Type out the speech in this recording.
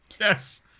Yes